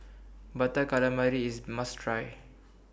Butter Calamari IS A must Try